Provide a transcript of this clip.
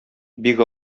бик